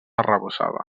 arrebossada